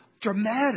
dramatic